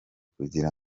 kugira